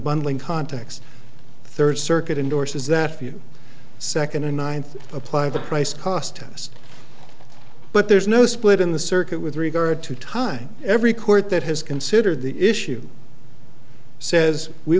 bundling context third circuit endorses that few second and ninth apply the price cost test but there's no split in the circuit with regard to tie every court that has considered the issue says we